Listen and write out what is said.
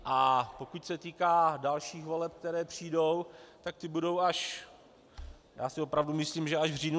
A pokud se týká dalších voleb, které přijdou, tak ty budou až já si opravdu myslím v říjnu 2017.